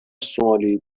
سومالی